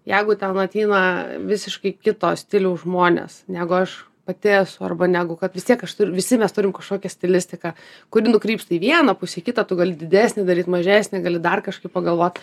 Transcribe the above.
jeigu ten ateina visiškai kito stiliaus žmonės negu aš pati esu arba negu kad vis tiek aš turiu visi mes turim kažkokią stilistiką kuri nukrypsta į vieną pusę kita tu gali didesnį daryt mažesnį gali dar kažkaip pagalvot